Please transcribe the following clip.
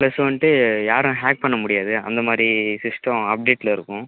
plus வந்துட்டு யாரும் hack பண்ண முடியாது அந்த மாதிரி சிஸ்டம் அப்டேட்டில் இருக்கும்